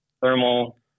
thermal